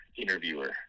interviewer